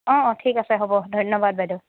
অঁ ঠিক আছে হ'ব ধন্যবাদ বাইদেউ